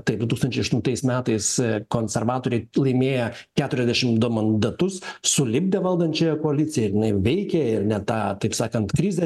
taip du tūkstančiai aštuntais metais konservatoriai laimėję keturiasdešim du mandatus sulipdę valdančiąją koaliciją ir veikė ir net tą kaip sakant krizę